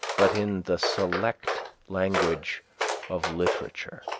but in the select language of literature.